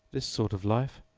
this sort of life!